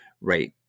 right